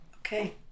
okay